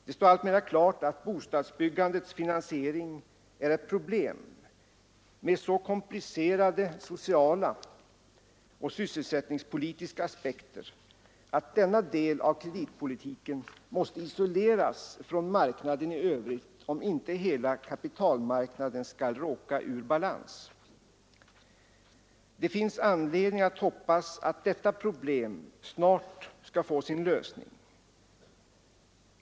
Det står alltmer klart att bostadsbyggandets finansiering är ett problem med så komplicerade sociala och sysselsättningspolitiska aspekter att denna del av kreditpolitiken måste isoleras från marknaden i övrigt, om inte hela kapitalmarknaden skall råka ur balans. Det finns anledning att hoppas att detta problem snart skall få sin lösning.